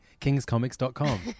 kingscomics.com